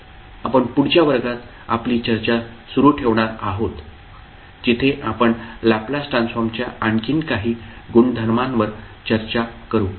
आपण पुढच्या वर्गात आपली चर्चा सुरू ठेवणार आहोत जिथे आपण लॅप्लेस ट्रान्सफॉर्मच्या आणखी काही गुणधर्मांवर चर्चा करू